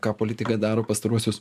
ką politikai daro pastaruosius